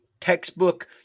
textbook